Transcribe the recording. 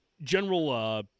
general